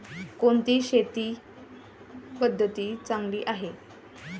कोणती शेती पद्धती चांगली आहे?